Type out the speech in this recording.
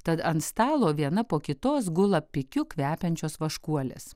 tad ant stalo viena po kitos gula pikiu kvepiančios vaškuolės